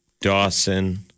Dawson